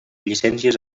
llicències